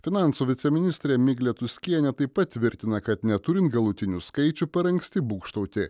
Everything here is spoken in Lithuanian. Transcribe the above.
finansų viceministrė miglė tuskienė taip pat tvirtina kad neturint galutinių skaičių anksti būgštauti